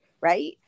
right